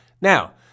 Now